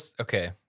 okay